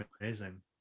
amazing